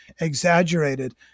exaggerated